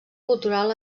cultural